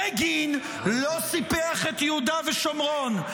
בגין לא סיפח את יהודה ושומרון.